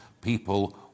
people